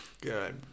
Good